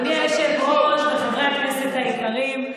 אדוני היושב-ראש וחברי הכנסת היקרים.